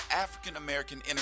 African-American